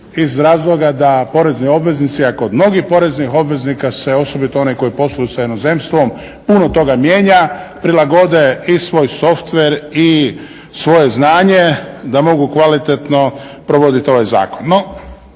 iz razloga da porezni obveznici, a kod mnogih poreznih obveznika se osobito oni koji posluju sa inozemstvom puno toga mijenja, prilagode i svoj softver i svoje znanje da mogu kvalitetno provoditi ovaj zakon.